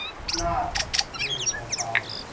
it's not a completely solved problem,